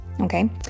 Okay